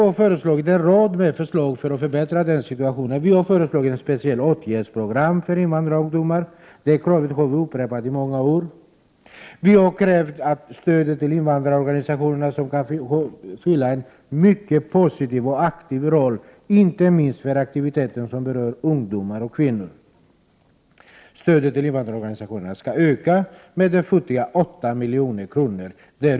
Vpk har föreslagit en rad åtgärder för att förbättra situationen. Vi har föreslagit ett speciellt åtgärdsprogram för invandrarungdomar. Det kravet har vi upprepat i många år. Vi vill öka stödet till invandrarorganisationerna, som kan spela en mycket positiv roll inte minst när det gäller aktiviteter för ungdomar och kvinnor. Vi har krävt att stödet till invandrarorganisationerna skall öka med futtiga 8 miljoner.